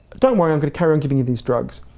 don't worry, i'm gonna carry on giving you these drugs,